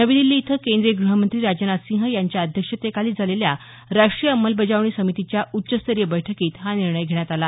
नवी दिल्ली इथं केंद्रीय गृहमंत्री राजनाथ सिंह यांच्या अध्यक्षतेखाली झालेल्या राष्ट्रीय अंमलबजावणी समितीच्या उच्च स्तरीय बैठकीत हा निर्णय घेण्यात आला